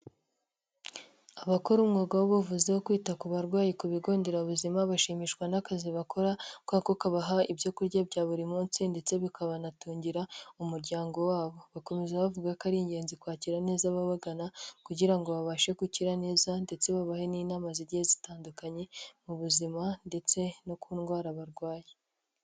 Abakora umwuga w'ubuvuzi wo kwita ku barwayi ku bigo nderabuzima bashimishwa n'akazi bakora kubera ko kabaha ibyo kurya bya buri munsi ndetse bikanabatungira umuryango wabo, bakomeza bavuga ko ari ingenzi kwakira neza ababagana kugira ngo babashe gukira neza ndetse babahe n'inama zigiye zitandukanye mu buzima ndetse no ku ndwara barwaye.